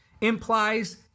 implies